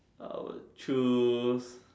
I would choose